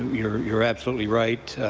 you're you're absolutely right